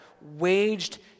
waged